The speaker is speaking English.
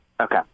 Okay